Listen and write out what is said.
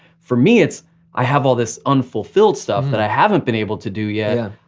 for me it's i have all this unfulfilled stuff that i haven't been able to do. yeah.